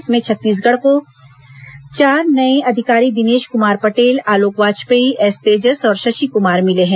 इसमें छत्तीसगढ़ को चार नए अधिकारी दिनेश कमार पटेल आलोक वाजपेयी एस तेजस और शशिकुमार मिले हैं